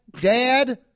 Dad